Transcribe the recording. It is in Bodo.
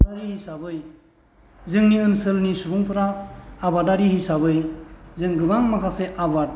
आबादारि हिसाबै जोंनि ओनसोलनि सुबुंफोरा आबादारि हिसाबै जों गोबां माखासे आबाद